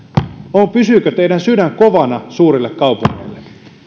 pysyykö teidän sydämenne kovana suurille kaupungeille